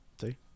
See